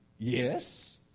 Yes